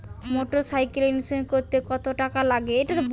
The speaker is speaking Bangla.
মোটরসাইকেলের ইন্সুরেন্স করতে কত টাকা লাগে?